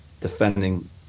defending